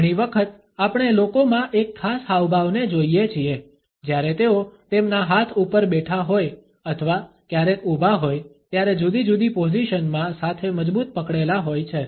ઘણી વખત આપણે લોકોમાં એક ખાસ હાવભાવને જોઇએ છીએ જ્યારે તેઓ તેમના હાથ ઉપર બેઠા હોય અથવા ક્યારેક ઉભા હોય ત્યારે જુદી જુદી પોઝિશન માં સાથે મજબૂત પકડેલા હોય છે